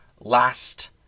last